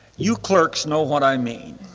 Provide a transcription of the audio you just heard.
you clerks know what i mean.